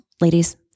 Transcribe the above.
ladies